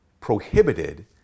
prohibited